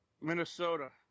Minnesota